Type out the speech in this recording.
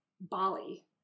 Bali